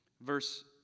verse